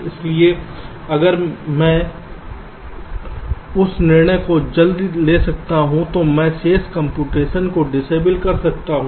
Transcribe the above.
इसलिए अगर मैं उस निर्णय को जल्दी ले सकता हूं तो मैं शेष कंप्यूटेशन को डिसएबल कर सकता हूं